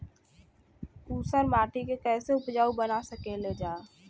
ऊसर माटी के फैसे उपजाऊ बना सकेला जा?